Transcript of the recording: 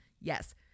Yes